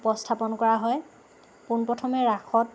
উপস্থাপন কৰা হয় পোন প্ৰথমে ৰাসত